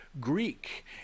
Greek